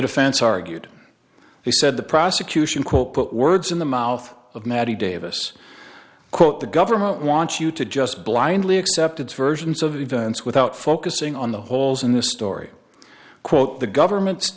defense argued he said the prosecution quote put words in the mouth of maddy davis quote the government wants you to just blindly accepted versions of events without focusing on the holes in the story quote the government's